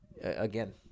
Again